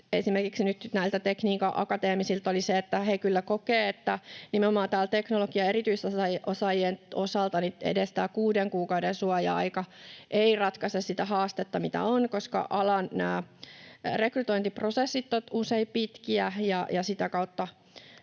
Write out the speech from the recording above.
esimerkiksi nyt näiltä Tekniikan Akateemisilta, oli se, että he kyllä kokevat, että nimenomaan teknologian erityisosaajien osalta edes tämä kuuden kuukauden suoja-aika ei ratkaise sitä haastetta, mikä on, koska alan rekrytointiprosessit ovat usein pitkiä ja sitä kautta